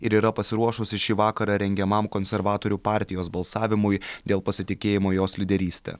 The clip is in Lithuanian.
ir yra pasiruošusi šį vakarą rengiamam konservatorių partijos balsavimui dėl pasitikėjimo jos lyderyste